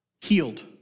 healed